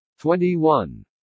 21